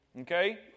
Okay